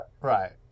Right